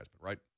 right